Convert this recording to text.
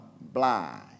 blind